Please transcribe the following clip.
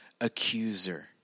accuser